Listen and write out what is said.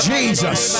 Jesus